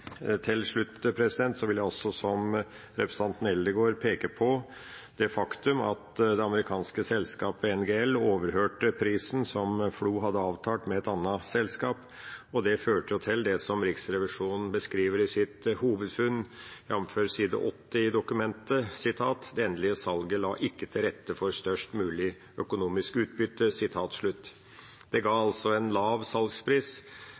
Til slutt vil jeg også, som representanten Eldegard, peke på det faktum at det amerikanske selskapet NGL overhørte prisen som FLO hadde avtalt med et annet selskap, og det førte til det Riksrevisjonen beskriver i sitt hovedfunn, jf. side 8 i dokumentet: «Det endelige salget la ikke til rette for størst mulig økonomisk utbytte.» Det ga altså en lav salgspris.